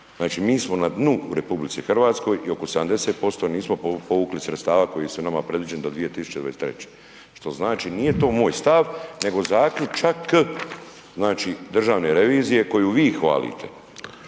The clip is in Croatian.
mi smo na dnu u RH i oko 70% nismo povukli sredstava koji su nama predviđeni do 2023. Što znači nije to moj stav nego zaključak znači državne revizije koju vi hvalite.